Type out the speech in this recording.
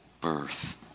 birth